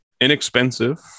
inexpensive